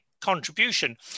contribution